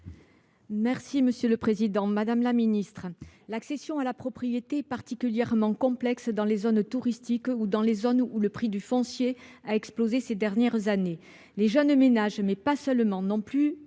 Monsieur le président, madame la ministre, mes chers collègues, l’accession à la propriété est particulièrement complexe dans les zones touristiques, ainsi que dans les zones où le prix du foncier a explosé ces dernières années. Les jeunes ménages, mais pas seulement eux,